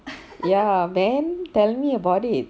ya man tell me about it